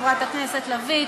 חברת הכנסת לביא.